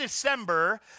December